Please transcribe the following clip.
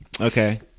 Okay